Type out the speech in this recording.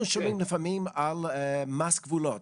אנחנו שומעים לפעמים על 'מס גבולות',